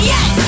Yes